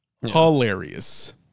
Hilarious